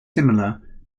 similar